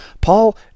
Paul